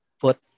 foot